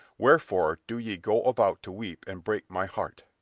wherefore do ye go about to weep and break my heart?